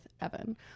Evan